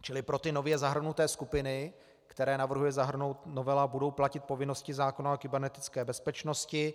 Čili pro ty nově zahrnuté skupiny, které navrhuje zahrnout novela, budou platit povinnosti zákona o kybernetické bezpečnosti.